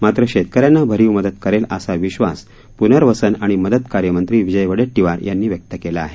मात्र शेतकऱ्यांना भरीव मदत करेल असा विश्वास प्नर्वसन आणि मदत कार्यमंत्री विजय वडेट्टीवार यांनी व्यक्त आहे